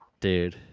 Dude